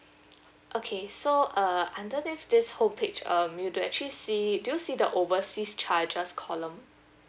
okay so uh under this this homepage um you do actually see do you see the overseas charges column